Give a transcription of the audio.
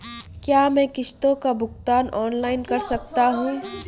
क्या मैं किश्तों का भुगतान ऑनलाइन कर सकता हूँ?